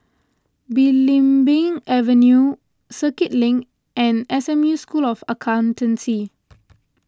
Belimbing Avenue Circuit Link and S M U School of Accountancy